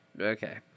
Okay